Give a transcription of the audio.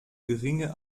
geringe